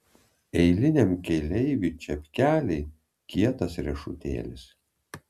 eiliniam keleiviui čepkeliai kietas riešutėlis